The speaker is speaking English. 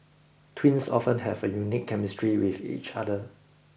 twins often have a unique chemistry with each other